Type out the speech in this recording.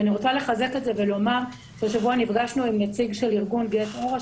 ואני רוצה לחזק את זה ולומר שהשבוע נפגשנו עם נציג של ארגון 'גט אורה',